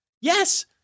Yes